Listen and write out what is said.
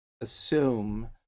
assume